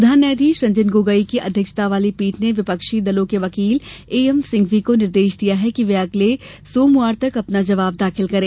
प्रधान न्यायाधीश रंजन गोगोई की अध्यक्षता वाली पीठ ने विपक्षी दलों के वकील एएम सिंघवी को निर्देश दिया कि वे अगले सोमवार तक अपना जवाब दाखिल करें